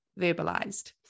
verbalized